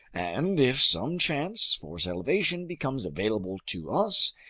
and if some chance for salvation becomes available to us,